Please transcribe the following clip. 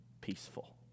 peaceful